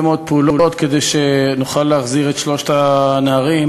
מאוד פעולות כדי שנוכל להחזיר את שלושת הנערים,